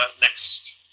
next